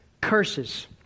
curses